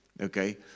Okay